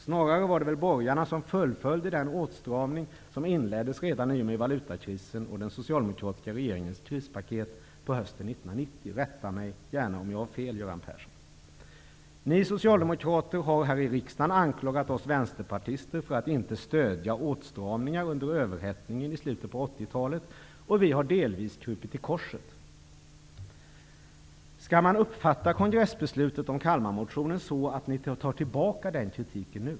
Snarare var det väl borgarna som fullföljde den åtstramning som inleddes redan i och med valutakrisen och den socialdemokratiska regeringens krispaket på hösten 1990. Rätta mig gärna om jag har fel, Göran Ni socialdemokrater har ju också här i riksdagen anklagat oss vänsterpartister för att inte stödja åtstramningar under överhettningen i slutet av 80 talet, och vi har delvis krupit till korset. Skall man uppfatta kongressbeslutet om Kalmarmotionen så att ni tar tillbaka den kritiken nu?